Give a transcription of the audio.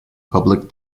public